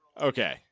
Okay